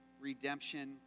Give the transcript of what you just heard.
redemption